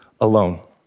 alone